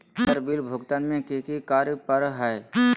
Sir bill भुगतान में की की कार्य पर हहै?